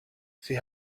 sie